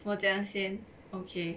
我讲先 okay